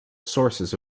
sources